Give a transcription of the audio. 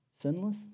sinless